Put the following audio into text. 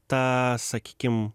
ta sakykim